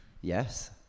Yes